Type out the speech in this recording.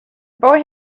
boy